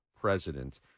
president